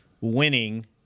winning